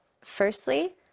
firstly